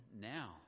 now